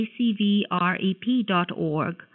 acvrep.org